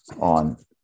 on